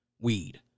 weed